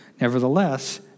Nevertheless